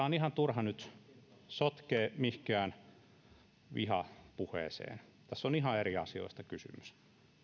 on ihan turha nyt sotkea mihinkään vihapuheeseen tässä on ihan eri asioista kysymys